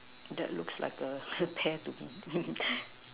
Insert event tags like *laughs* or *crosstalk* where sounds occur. that looks like a pear to me *laughs*